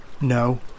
No